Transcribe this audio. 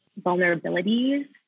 vulnerabilities